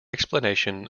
explanation